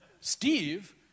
Steve